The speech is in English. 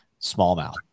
smallmouth